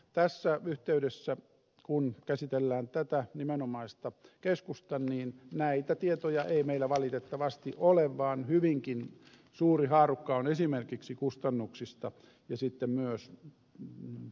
tässä yhteydessä kun käsitellään tätä nimenomaista keskusta näitä tietoja ei meillä valitettavasti ole vaan hyvinkin suuri haarukka on esimerkiksi kustannuksista ja sitten myös sijoituspaikan vaikutuksista